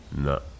No